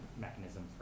mechanism